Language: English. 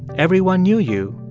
everyone knew you,